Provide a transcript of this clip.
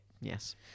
Yes